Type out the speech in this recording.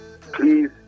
Please